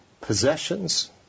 possessions